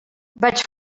vaig